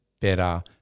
better